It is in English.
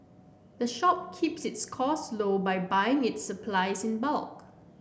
the shop keeps its costs low by buying its supplies in bulk